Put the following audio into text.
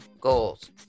goals